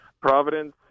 Providence